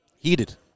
Heated